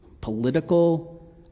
political